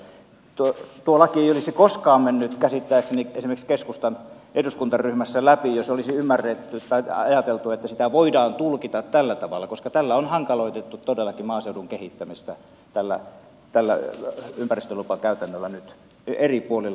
tuo laki ei olisi koskaan mennyt käsittääkseni esimerkiksi keskustan eduskuntaryhmässä läpi jos olisi ymmärretty tai ajateltu että sitä voidaan tulkita tällä tavalla koska tällä ympäristölupakäytännöllä on hankaloitettu todellakin maaseudun kehittämistä nyt eri puolilla suomea